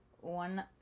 one